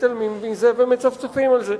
מתעלמים מזה ומצפצפים על זה.